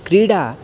क्रीडा